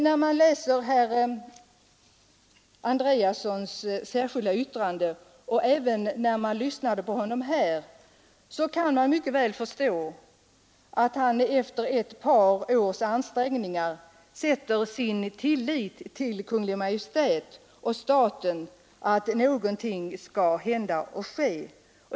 När man läser herr Andreassons särskilda yttrande, och även när man lyssnade på honom här, kan man mycket väl förstå att han efter ett par års ansträngningar sätter sin tillit till Kungl. Maj:t och riksdagen att någonting skall hända och ske.